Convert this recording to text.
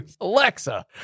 Alexa